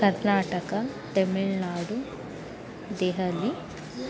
Karnataka Tamil Nadu Delhi